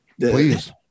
please